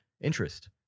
interest